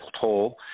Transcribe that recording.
toll